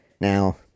Now